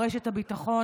או רשת הביטחון,